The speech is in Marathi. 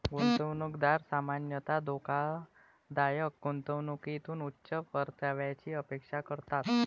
गुंतवणूकदार सामान्यतः धोकादायक गुंतवणुकीतून उच्च परताव्याची अपेक्षा करतात